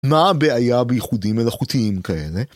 מה הבעיה באיחודים מלאכותיים כאלה?